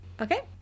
Okay